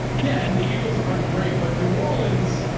yeah. and the eagles aren't great. but new orleans,